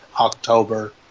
october